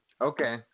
Okay